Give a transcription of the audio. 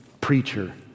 preacher